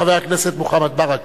חבר הכנסת מוחמד ברכה.